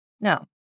No